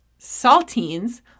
saltines